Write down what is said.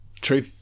true